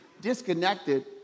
disconnected